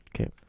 Okay